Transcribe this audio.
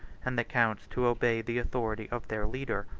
and the counts to obey the authority of their leader.